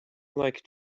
like